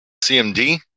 CMD